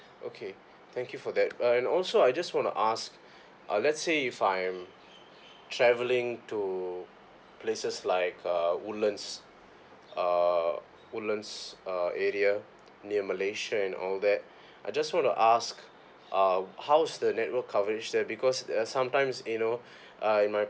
okay thank you for that and also I just wanna ask uh let's say if I'm travelling to places like uh woodlands uh woodlands uh area near malaysia and all that I just want to ask uh how was the network coverage there because uh sometimes you know uh in my